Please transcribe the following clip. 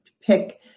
pick